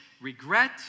regret